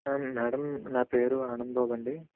madam నా పేరు ఆనంద్ బాబండి